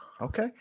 okay